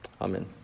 Amen